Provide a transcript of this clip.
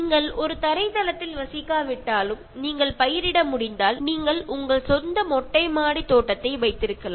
നിങ്ങൾ ഒരു ഫ്ലാറ്റിൽ താഴത്തെ നിലയിൽ താമസിക്കുന്ന ആൾ ആണെങ്കിലും നിങ്ങൾക്ക് നിങ്ങളുടെ ടെറസ്സിൽ കൃഷി ചെയ്യാവുന്നതാണ്